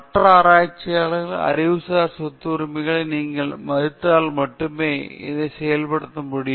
மற்ற ஆராய்ச்சியாளர்களின் அறிவுசார் சொத்துரிமைகளை நீங்கள் மதித்தால் மட்டுமே இதை செய்ய முடியும்